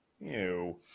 Ew